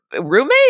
roommate